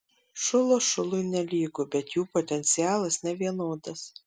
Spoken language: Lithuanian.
šulas šului nelygu bet jų potencialas nevienodas